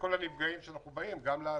וגם מול השכירים,